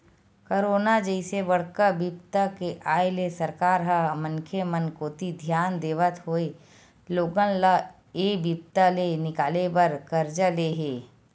corona जइसे बड़का बिपदा के आय ले सरकार ह मनखे मन कोती धियान देवत होय लोगन ल ऐ बिपदा ले निकाले बर करजा ले हे